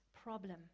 problem